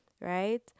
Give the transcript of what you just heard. right